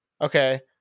okay